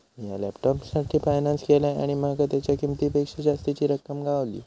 मिया लॅपटॉपसाठी फायनांस केलंय आणि माका तेच्या किंमतेपेक्षा जास्तीची रक्कम गावली